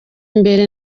mbere